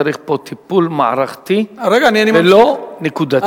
צריך פה טיפול מערכתי ולא נקודתי.